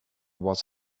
was